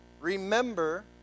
remember